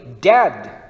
dead